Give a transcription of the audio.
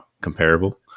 comparable